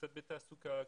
קצת בתעסוקה,